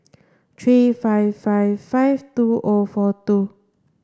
three five five five two O four two